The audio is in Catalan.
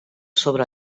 sobre